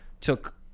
took